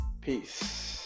Peace